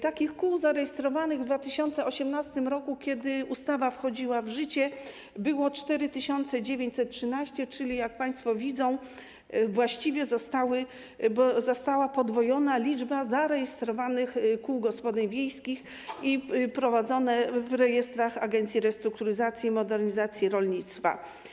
Takich kół zarejestrowanych w 2018 r., kiedy ustawa wchodziła w życie, było 4913, czyli jak państwo widzą, właściwie została podwojona liczba zarejestrowanych kół gospodyń wiejskich prowadzonych w rejestrach Agencji Restrukturyzacji i Modernizacji Rolnictwa.